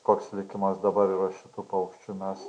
koks likimas dabar yra šitų paukščių mes